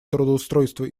трудоустройства